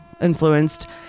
influenced